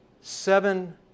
seven